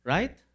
Right